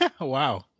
Wow